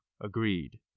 agreed